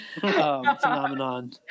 phenomenon